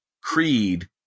creed